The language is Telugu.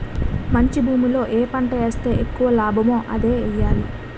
మంచి భూమిలో ఏ పంట ఏస్తే ఎక్కువ లాభమో అదే ఎయ్యాలి